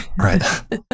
right